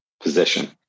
position